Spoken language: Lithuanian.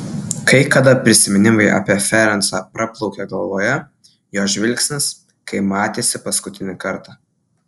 kai kada prisiminimai apie ferencą praplaukia galvoje jo žvilgsnis kai matėsi paskutinį kartą